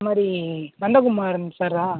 இதுமாதிரி நந்தகுமாரன் சாரா